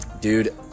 dude